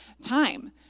time